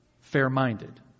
fair-minded